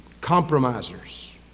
compromisers